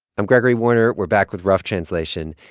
i'm gregory warner. we're back with rough translation.